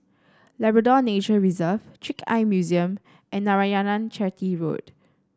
Labrador Nature Reserve Trick Eye Museum and Narayanan Chetty Road